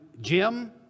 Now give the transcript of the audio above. Jim